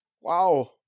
Wow